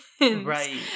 Right